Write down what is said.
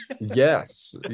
yes